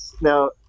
now